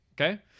Okay